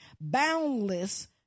boundless